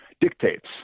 dictates